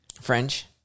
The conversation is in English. French